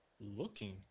looking